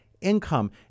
income